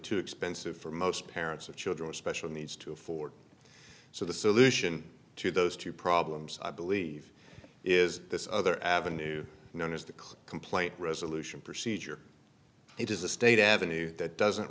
too expensive for most parents of children with special needs to afford so the solution to those two problems i believe is this other avenue known as the clear complaint resolution procedure it is a state avenue that doesn't